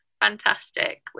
Fantastic